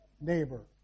neighbor